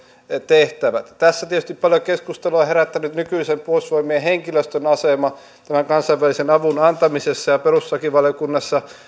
tehtävät tässä tietysti on paljon keskustelua herättänyt nykyisen puolustusvoimien henkilöstön asema tämän kansainvälisen avun antamisessa perustuslakivaliokunnassa